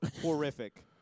horrific